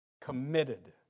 committed